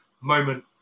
moment